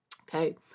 okay